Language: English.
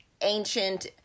ancient